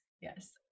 Yes